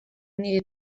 niri